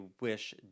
wish